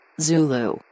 Zulu